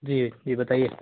जी जी बताइए